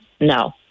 No